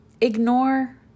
ignore